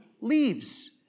leaves